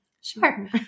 Sure